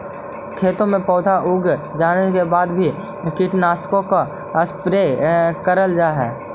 खेतों में पौधे उग जाने के बाद भी कीटनाशकों का स्प्रे करल जा हई